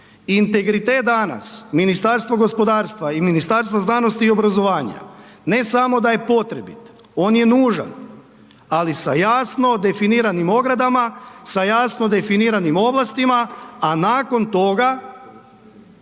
Integritet danas Ministarstva gospodarstva i Ministarstva znanosti i obrazovanja ne samo da je potrebit, on je nužan, ali sa jasno definiranim ogradama, sa jasno definiranim ovlastima, a nakon toga